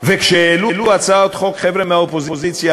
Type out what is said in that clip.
וכשהעלו הצעות חוק חבר'ה מהאופוזיציה